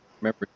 remember